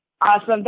Awesome